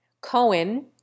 Cohen